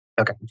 Okay